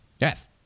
yes